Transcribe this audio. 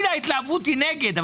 תמיד ההתלהבות היא נגד.